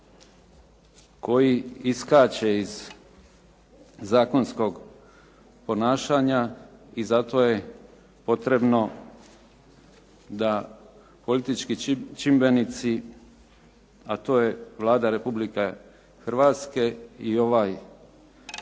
koji iskače iz zakonskog ponašanja i zato je potrebno da politički čimbenici a to je Vlada Republike Hrvatske i ovaj naš